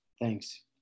Thanks